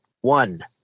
one